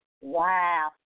Wow